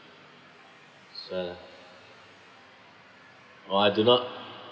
ah oh I do not